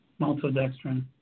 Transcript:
Maltodextrin